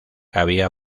había